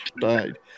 died